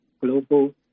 global